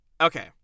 Okay